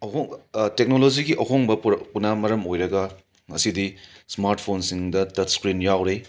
ꯑꯍꯣꯡꯕ ꯇꯦꯛꯅꯣꯂꯣꯖꯤꯒꯤ ꯑꯍꯣꯡꯕ ꯄꯨꯔꯛꯄꯅ ꯃꯔꯝ ꯑꯣꯏꯔꯒ ꯉꯁꯤꯗꯤ ꯁ꯭ꯃꯥꯔꯠ ꯐꯣꯟꯁꯤꯡꯗ ꯇꯆ ꯁ꯭ꯀ꯭ꯔꯤꯟ ꯌꯥꯎꯔꯦ